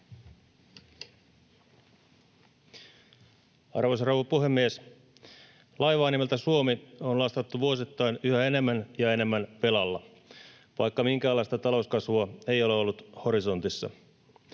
Arvoisa rouva puhemies! Laivaa nimeltä Suomi on lastattu vuosittain yhä enemmän ja enemmän velalla, vaikka minkäänlaista talouskasvua ei ole ollut horisontissa.